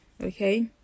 okay